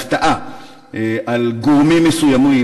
בהפתעה על גורמים מסוימים,